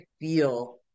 feel